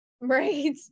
right